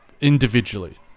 individually